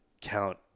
count